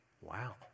Wow